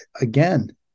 Again